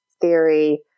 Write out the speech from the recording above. theory